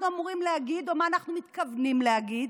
אמורים להגיד או את הדברים שאנחנו מתכוונים להגיד.